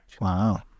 Wow